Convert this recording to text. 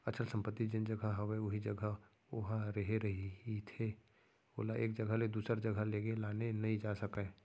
अचल संपत्ति जेन जघा हवय उही जघा ओहा रेहे रहिथे ओला एक जघा ले दूसर जघा लेगे लाने नइ जा सकय